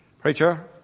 Preacher